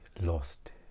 lost